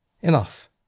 Enough